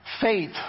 Faith